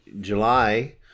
July